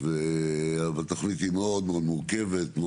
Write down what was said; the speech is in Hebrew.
אבל התוכנית היא מאוד מאוד מורכבת,